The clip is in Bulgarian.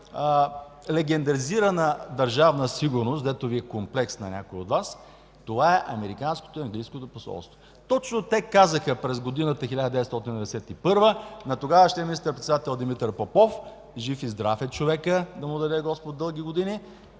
легендализирана Държавна сигурност, дето е комплекс на някои от Вас, това е Американското и Английското посолство. Точно те казаха през 1991 г. на тогавашния министър-председател Димитър Попов – жив и здрав е човекът, да му даде Господ дълги години,